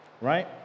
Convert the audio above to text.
Right